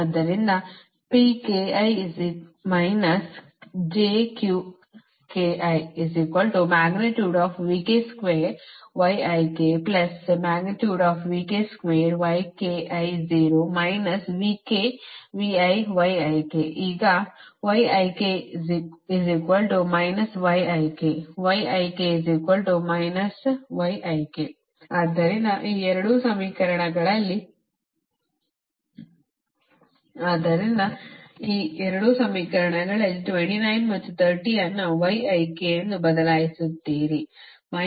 ಆದ್ದರಿಂದ ಈಗ ಆದ್ದರಿಂದ ಈ 2 ಸಮೀಕರಣಗಳಲ್ಲಿ ಆದ್ದರಿಂದ ಈ 2 ಸಮೀಕರಣಗಳಲ್ಲಿ 29 ಮತ್ತು 30 ಅನ್ನು ಬದಲಾಯಿಸುತ್ತೀರಿ